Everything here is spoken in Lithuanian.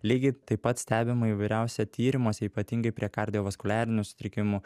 lygiai taip pat stebima įvairiausia tyrimuose ypatingai prie kardiovaskuliarinių sutrikimų